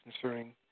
concerning